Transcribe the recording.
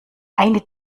eine